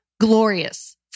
Glorious